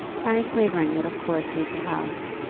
harry clavering would of course leave the house,